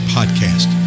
Podcast